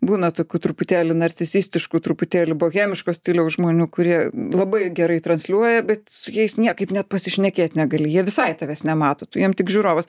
būna tokių truputėlį narcisistiškų truputėlį bohemiško stiliaus žmonių kurie labai gerai transliuoja bet su jais niekaip net pasišnekėt negali jie visai tavęs nemato tu jiem tik žiūrovas